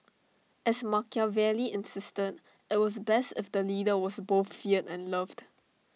as Machiavelli insisted IT was best if the leader was both feared and loved